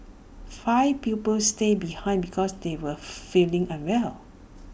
five pupils stayed behind because they were feeling unwell